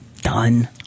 done